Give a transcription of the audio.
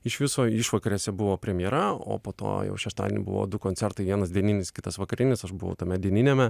iš viso išvakarėse buvo premjera o po to jau šeštadienį buvo du koncertai vienas dieninis kitas vakarinis aš buvau tame dieniniame